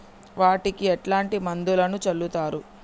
వాటికి ఎట్లాంటి మందులను చల్లుతరు?